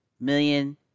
million